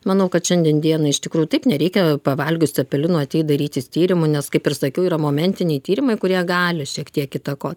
manau kad šiandien dienai iš tikrųjų taip nereikia pavalgius cepelinų ateit darytis tyrimų nes kaip ir sakiau yra momentiniai tyrimai kurie gali šiek tiek įtakot